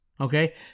Okay